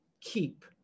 keep